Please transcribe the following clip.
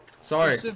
Sorry